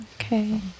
Okay